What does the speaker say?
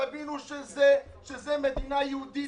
תבינו שזו מדינה יהודית,